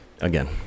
Again